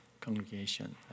congregation